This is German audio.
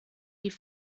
die